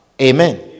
Amen